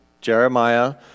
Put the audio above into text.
Jeremiah